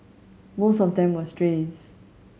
most of them were strays